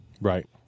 Right